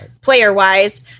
player-wise